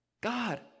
God